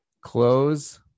close